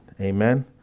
amen